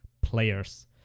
players